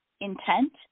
intent